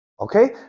Okay